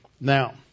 Now